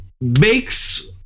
makes